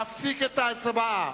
להפסיק את ההצבעה.